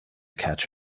catch